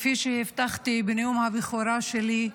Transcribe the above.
כפי שהבטחתי בנאום הבכורה שלי,